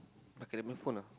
pakai dia punya phone ah